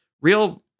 real